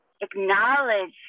acknowledge